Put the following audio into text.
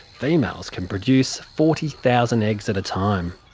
females can produce forty thousand eggs at a time.